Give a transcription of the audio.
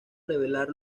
revelar